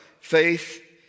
Faith